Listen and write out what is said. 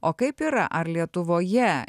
o kaip yra ar lietuvoje